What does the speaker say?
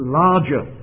larger